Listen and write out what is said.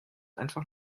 einfach